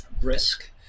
brisk